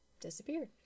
disappeared